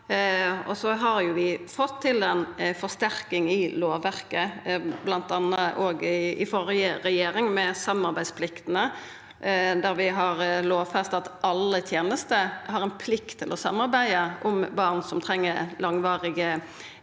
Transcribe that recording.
Vi har fått til ei forsterking i lovverket, òg i førre regjering bl.a., med samarbeidspliktene, der vi har lovfesta at alle tenester har ei plikt til å samarbeida om barn som treng langvarige tenester